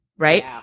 Right